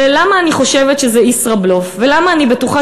ולמה אני חושבת שזה ישראבלוף ולמה אני בטוחה